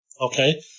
Okay